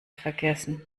vergessen